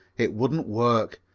it wouldn't work.